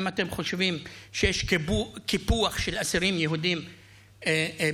אם אתם חושבים שיש קיפוח של אסירים יהודים ביטחוניים,